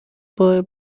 boy